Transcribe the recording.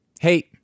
Hey